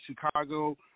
Chicago